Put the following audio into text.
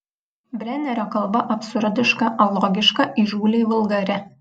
brenerio kalba absurdiška alogiška įžūliai vulgari